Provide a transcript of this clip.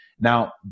Now